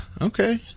okay